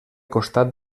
costat